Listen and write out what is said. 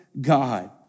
God